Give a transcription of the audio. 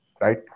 right